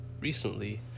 recently